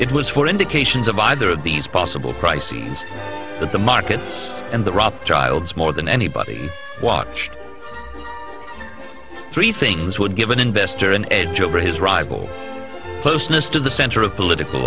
it was for indications of either of these possible crises but the markets and the rothschilds more than anybody watched three things would give an investor an edge over his rival closeness to the center of political